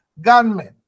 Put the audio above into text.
gunmen